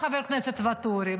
חבר הכנסת ואטורי,